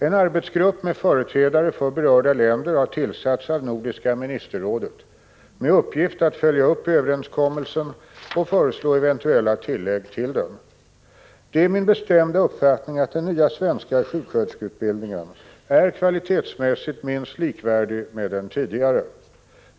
En arbetsgrupp med företrädare för berörda länder har tillsatts av Nordiska ministerrådet med uppgift att följa upp överenskommelsen och föreslå eventuella tillägg till den. Det är min bestämda uppfattning att den nya svenska sjuksköterskeutbildningen är kvalitetsmässigt minst likvärdig med den tidigare.